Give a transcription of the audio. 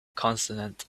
consonant